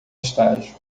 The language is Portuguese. estágio